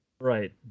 right